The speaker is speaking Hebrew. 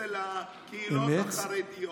אצל הקהילות החרדיות,